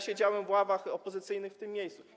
Siedziałem w ławach opozycyjnych, w tym miejscu.